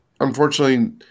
unfortunately